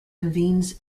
convenes